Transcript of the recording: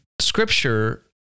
Scripture